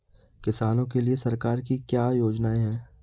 किसानों के लिए सरकार की क्या योजनाएं हैं?